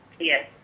Yes